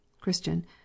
christian